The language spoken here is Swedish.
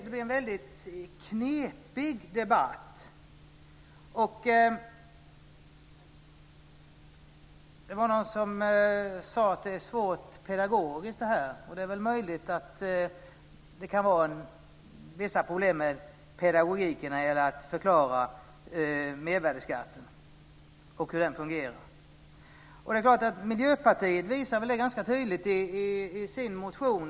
Det blir en väldigt knepig debatt. Det var någon som sade att det är svårt att pedagogiskt förklara detta. Det är väl möjligt att det kan vara vissa problem med pedagogiken när det gäller att förklara mervärdesskatten och hur den fungerar. Miljöpartiet visar det ganska tydligt i sin motion.